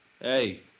Hey